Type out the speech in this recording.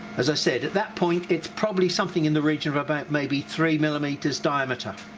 as i said at that point, it's probably something in the region of about maybe three millimeters diameter